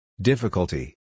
Difficulty